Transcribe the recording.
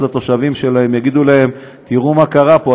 התושבים שלהם יגידו להם: תראו מה קרה פה,